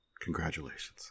Congratulations